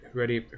ready